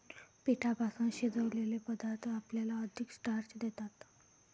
पिठापासून शिजवलेले पदार्थ आपल्याला अधिक स्टार्च देतात